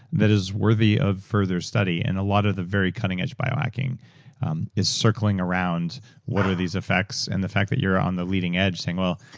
that is worthy of further study. and a lot of the very cuttingedge biohacking is circling around what are these effects, and the fact that you're on the leading edge, saying, well,